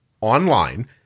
online